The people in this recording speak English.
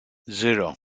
zero